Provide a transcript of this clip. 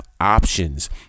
options